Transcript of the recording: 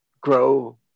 grow